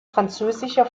französischer